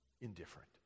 Indifferent